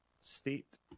state